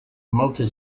multi